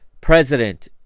president